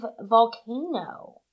volcano